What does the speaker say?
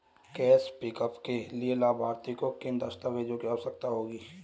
Cash pickup के लिए लाभार्थी को किन दस्तावेजों की आवश्यकता होगी?